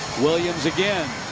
williams again.